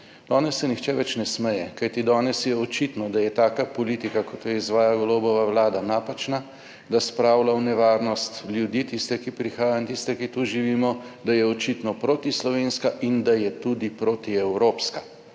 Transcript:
Danes se nihče več ne smeje, kajti danes je očitno, da je taka politika kot jo izvaja Golobova vlada napačna, da spravlja v nevarnost ljudi, tiste ki prihajajo in tiste ki tu živimo, da je očitno protislovenska, in da je tudi proti evropska,